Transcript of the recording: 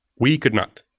we could not,